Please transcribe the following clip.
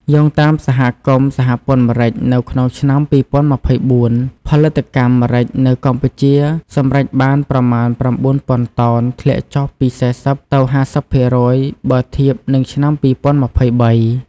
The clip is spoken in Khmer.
យោងតាមសមាគមសហព័ន្ធម្រេច នៅក្នុងឆ្នាំ ២០២៤ ផលិតកម្មម្រេចនៅកម្ពុជាសម្រេចបានប្រមាណ ៩ ពាន់តោន ធ្លាក់ចុះពី ៤០ ទៅ ៥០ ភាគរយ បើធៀបនឹងឆ្នាំ ២០២៣។